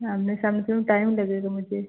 आमने सामने इसमें टाइम लगेगा मुझे